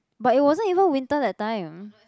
but it wasn't even winter that time